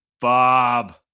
bob